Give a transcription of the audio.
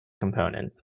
components